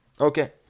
Okay